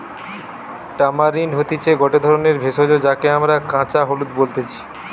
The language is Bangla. টামারিন্ড হতিছে গটে ধরণের ভেষজ যাকে আমরা কাঁচা হলুদ বলতেছি